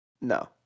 no